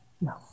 No